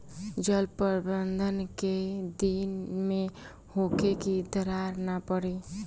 जल प्रबंधन केय दिन में होखे कि दरार न पड़ी?